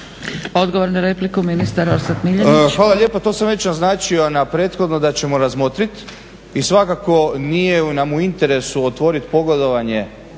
Odgovor na repliku, ministar Orsat Miljenić. **Miljenić, Orsat** Hvala lijepa. To sam već naznačio prethodno da ćemo razmotriti i svakako nije nam u interesu otvoriti pogodovanje